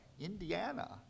Indiana